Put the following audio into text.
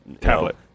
tablet